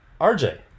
RJ